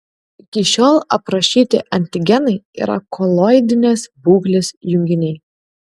iki šiol aprašyti antigenai yra koloidinės būklės junginiai